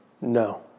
No